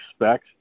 expect